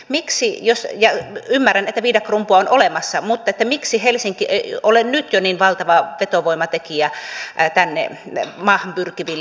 miksi ja ymmärrän että viidakkorumpua on olemassa helsinki ei ole jo nyt niin valtava vetovoimatekijä tänne maahan pyrkiville